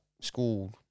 school